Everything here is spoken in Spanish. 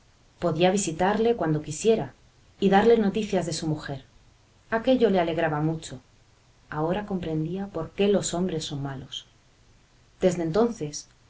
podía visitarle cuando quisiera y darle noticias de su mujer aquello le alegraba mucho ahora comprendía por qué los hombres son malos desde entonces